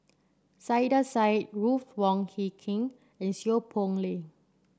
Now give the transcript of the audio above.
Saiedah Said Ruth Wong Hie King and Seow Poh Leng